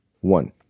One